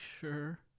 sure